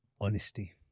honesty